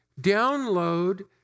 Download